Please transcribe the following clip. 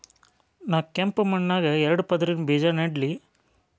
ನಾ ಕೆಂಪ್ ಮಣ್ಣಾಗ ಎರಡು ಪದರಿನ ಬೇಜಾ ನೆಡ್ಲಿ?